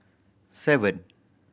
seven